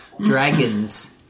dragons